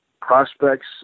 prospects